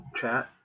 chat